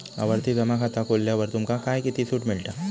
आवर्ती जमा खाता खोलल्यावर तुमका काय किती सूट मिळता?